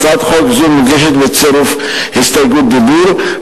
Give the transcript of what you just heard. הצעת חוק זו מוגשת בצירוף הסתייגות דיבור,